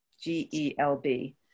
G-E-L-B